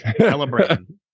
Celebrating